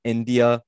India